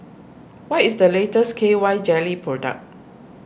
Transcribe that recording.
what is the latest K Y Jelly product